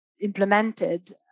implemented